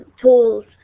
tools